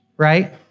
right